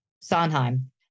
Sondheim